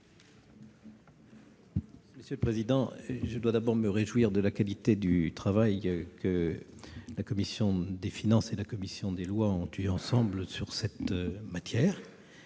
commission des lois. Je dois d'abord me réjouir de la qualité du travail que la commission des finances et la commission des lois ont effectué ensemble sur cette matière,